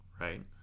Right